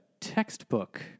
textbook